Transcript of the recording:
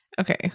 Okay